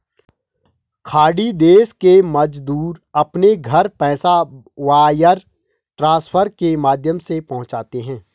खाड़ी देश के मजदूर अपने घर पैसा वायर ट्रांसफर के माध्यम से पहुंचाते है